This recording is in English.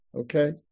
okay